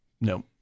No